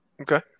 Okay